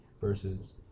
versus